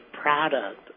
product